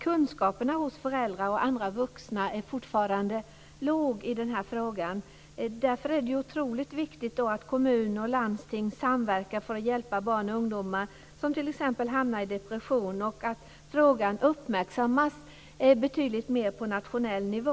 Kunskapen hos föräldrar och andra vuxna är fortfarande låg i den här frågan. Därför är det otroligt viktigt att kommun och landsting samverkar för att hjälpa barn och ungdomar som t.ex. hamnar i depression och att frågan uppmärksammas betydligt mer på nationell nivå.